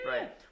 Right